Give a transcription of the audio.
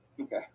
Okay